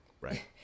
Right